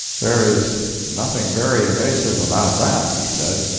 there is nothing very evasive about that, he said.